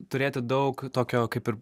turėti daug tokio kaip ir